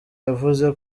yavuze